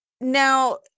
Now